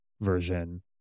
version